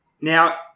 Now